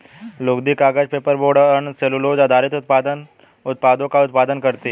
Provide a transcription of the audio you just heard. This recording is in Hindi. लुगदी, कागज, पेपरबोर्ड और अन्य सेलूलोज़ आधारित उत्पादों का उत्पादन करती हैं